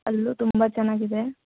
ಅಲ್ಲೂ ತುಂಬ ಚೆನ್ನಾಗಿದೆ